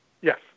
Yes